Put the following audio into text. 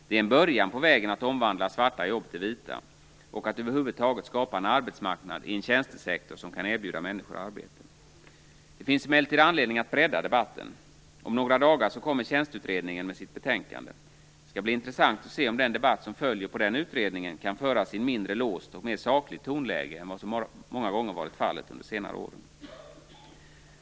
Det är en början på vägen att omvandla svarta jobb till vita, och att över huvud taget skapa en arbetsmarknad i en tjänstesektor som kan erbjuda människor arbete. Det finns emellertid anledning att bredda debatten. Om några dagar kommer Tjänsteutredningen med sitt betänkande. Det skall bli intressant att se om den debatt som följer på den utredningen kan föras i ett mindre låst och mer sakligt tonläge än vad som många gånger varit fallet de senaste åren.